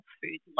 food